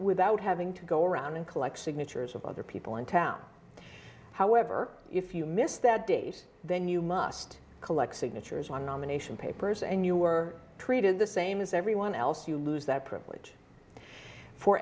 without having to go around and collect signatures of other people in town however if you miss that days then you must collect signatures on nomination papers and you were treated the same as everyone else you lose that privilege for